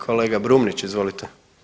Kolega Brumnić, izvolite.